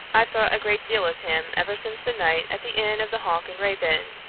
i've thought a great deal of him ever since the night at the inn of the hawk and raven.